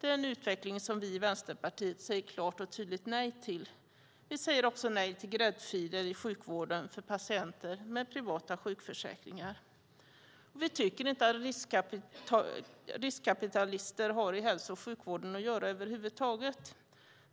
Det är en utveckling som vi i Vänsterpartiet säger klart och tydligt nej till. Vi säger också nej till gräddfiler i sjukvården för patienter med privata sjukförsäkringar. Vi tycker inte att riskkapitalister har i hälso och sjukvården att göra över huvud taget.